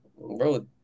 Bro